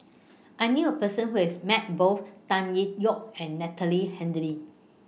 I knew A Person Who has Met Both Tan Tee Yoke and Natalie